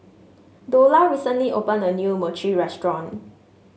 Dola recently opened a new Mochi restaurant